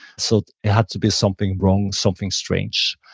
so it had to be something wrong, something strange.